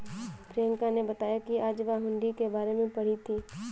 प्रियंका ने बताया कि आज वह हुंडी के बारे में पढ़ी थी